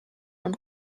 from